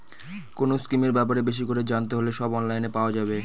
কোনো স্কিমের ব্যাপারে বেশি করে জানতে হলে সব অনলাইনে পাওয়া যাবে